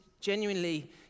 genuinely